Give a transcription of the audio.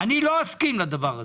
אני לא אסכים לזה.